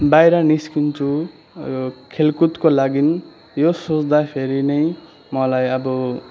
बाहिर निस्कन्छु खेलकुद लागि यो सोच्दाखेरि नै मलाई अब